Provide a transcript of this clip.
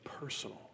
personal